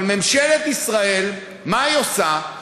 אבל ממשלת ישראל, מה היא עושה?